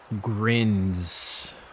grins